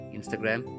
Instagram